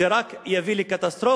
זה רק יביא לקטסטרופות,